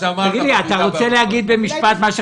לא יכולים להפקיר אנשים,